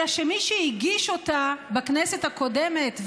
אלא שמי שהגיש אותה בכנסת הקודמת,